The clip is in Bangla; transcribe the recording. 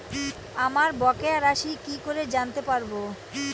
আমার বকেয়া রাশি কি করে জানতে পারবো?